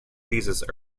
jesus